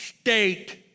state